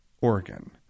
Oregon